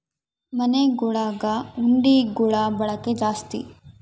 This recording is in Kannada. ಮನೆಗುಳಗ ಹುಂಡಿಗುಳ ಬಳಕೆ ಜಾಸ್ತಿ